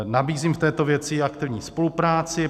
Nabízím v této věci aktivní spolupráci.